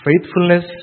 faithfulness